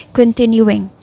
continuing